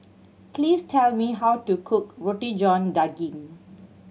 please tell me how to cook Roti John Daging